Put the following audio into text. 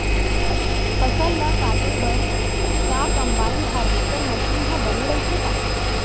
फसल ल काटे बर का कंबाइन हारवेस्टर मशीन ह बने रइथे का?